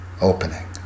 Opening